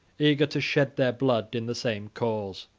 eager to shed their blood in the same cause.